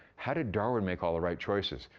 how did darwin make all the right choices?